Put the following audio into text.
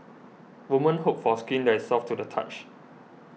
women hope for skin that is soft to the touch